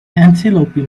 antelope